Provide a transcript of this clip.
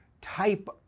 type